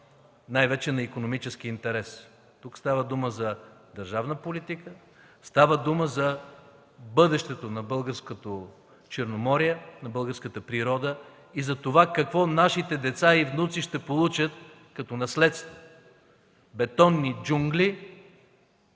най-вече на икономическия интерес. Тук става дума за държавна политика, става дума за бъдещето на българското Черноморие, на българската природа и за това какво нашите деца и внуци ще получат като наследство – бетонни джунгли,